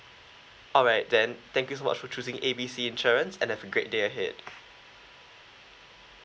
alright then thank you so much for choosing A B C insurance and have a great day ahead